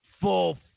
full